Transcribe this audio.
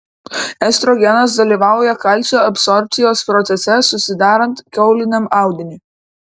estrogenas dalyvauja kalcio absorbcijos procese susidarant kauliniam audiniui